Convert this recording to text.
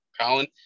colin